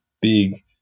big